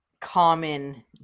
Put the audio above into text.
common